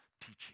teaching